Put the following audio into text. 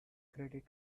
credit